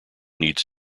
needs